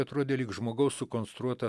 atrodė lyg žmogaus sukonstruota